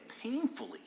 painfully